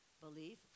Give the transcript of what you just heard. belief